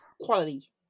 quality